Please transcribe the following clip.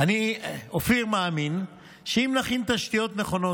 אופיר מאמין שאם נכין תשתיות נכונות